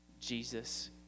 Jesus